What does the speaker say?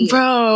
Bro